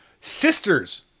Sisters